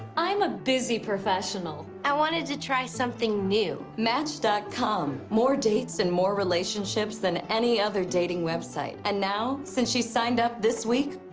i'm a busy professional. i wanted to try something new. match com more dates and more relationships than any other dating website. and now, since she signed up this week,